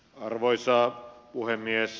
arvoisa puhemies